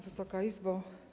Wysoka Izbo!